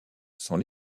sont